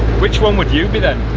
which one would you be then?